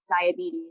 diabetes